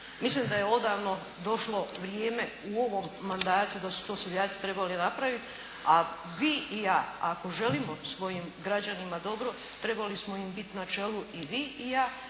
Mislim da je odavno došlo vrijeme u ovom mandatu da su to seljaci trebali napraviti. A vi i ja ako želimo svojim građanima dobro trebali smo im biti na čelu i vi i ja,